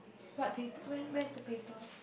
what paper where where's the paper